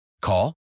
Call